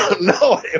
no